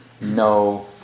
no